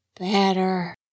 better